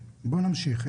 בואו נמשיך.